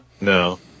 No